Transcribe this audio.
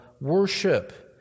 worship